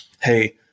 hey